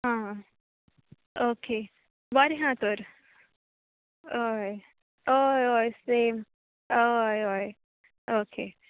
आं ओके बरें आहा तोर हय हय हय सेम हय हय ओके चल